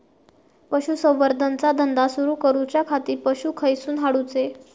पशुसंवर्धन चा धंदा सुरू करूच्या खाती पशू खईसून हाडूचे?